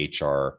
HR